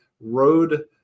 road